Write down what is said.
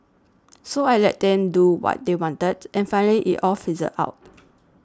so I let them do what they wanted and finally it all fizzled out